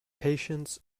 patients